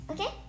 Okay